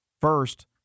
First